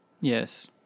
Yes